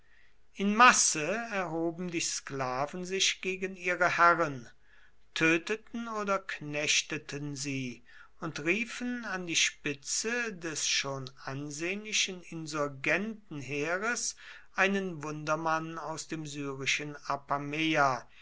in masse erhoben die sklaven sich gegen ihre herren töteten oder knechteten sie und riefen an die spitze des schon ansehnlichen insurgentenheeres einen wundermann aus dem syrischen